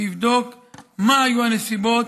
שיבדוק מה היו הנסיבות,